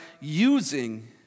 using